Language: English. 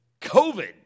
COVID